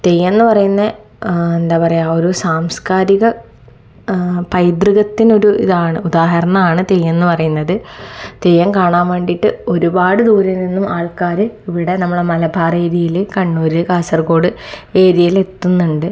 തെയ്യം എന്നു പറയുന്നത് എന്താ പറയാ ഒരു സാംസ്കാരിക പൈതൃകത്തിന് ഒരിതാണ് ഉദാഹരണാണ് തെയ്യം എന്നു പറയുന്നത് തെയ്യം കാണാൻ വേണ്ടിട്ട് ഒരുപാട് ദൂരെ നിന്നും ആൾക്കാർ ഇവിടെ നമ്മുടെ മലബാർ ഏരിയയിൽ കണ്ണൂർ കാസർഗോഡ് ഏരിയയിൽ എത്തുന്നുണ്ട്